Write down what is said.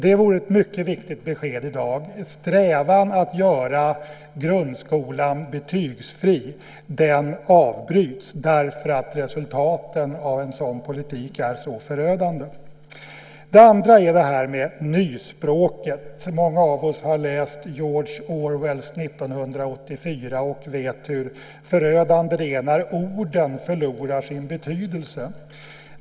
Det vore ett mycket viktigt besked i dag att strävan att göra grundskolan betygsfri avbryts därför att resultaten av en sådan politik är så förödande. Det andra är detta med nyspråket. Många av oss har läst George Orwells 1984 och vet hur förödande det är när orden förlorar sin betydelse.